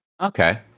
Okay